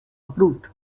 approved